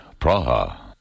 Praha